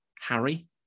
Harry